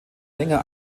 länger